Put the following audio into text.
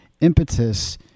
impetus